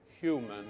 human